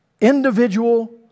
individual